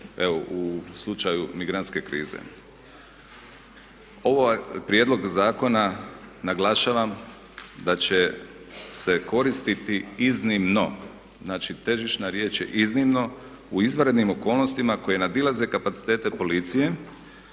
u slučaju migrantske krize. Ovaj prijedlog zakona naglašavam da će se koristiti iznimno, znači težišna riječ je iznimno, u izvanrednim okolnostima koje nadilaze kapacitete policije,